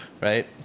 right